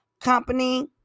company